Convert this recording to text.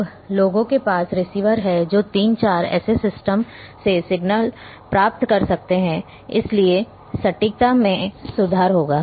अब लोगों के पास रिसीवर हैं जो तीन चार ऐसे सिस्टम से सिग्नल प्राप्त कर सकते हैं इसलिए सटीकता में सुधार होगा